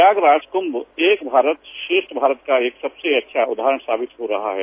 प्रयागराज कुंभ एक भारत श्रेष्ठ भारत का एक सबसे अच्छा उदाहरण साबित हो रहा है